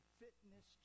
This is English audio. fitness